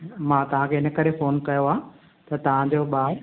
मां तव्हां खे हिन करे फ़ोन कयो आहे त तव्हां जो ॿारु